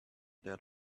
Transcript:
their